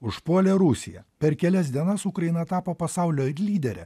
užpuolė rusija per kelias dienas ukraina tapo pasaulio lydere